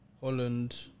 Holland